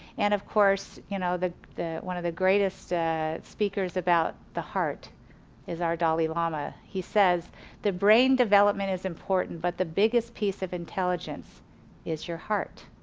and of course you know the the one of the greatest speakers about the heart is our dalai lama. he says that brain development is important but the biggest piece of intelligence is your heart.